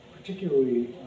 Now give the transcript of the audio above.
particularly